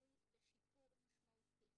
שינוי ושיפור משמעותי.